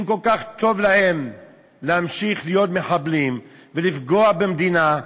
אם כל כך טוב להם להמשיך להיות מחבלים ולפגוע במדינה,